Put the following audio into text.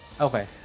okay